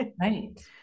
Right